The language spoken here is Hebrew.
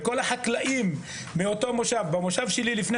וכל החקלאים מאותו מושב -- במושב שלי לפני